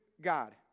God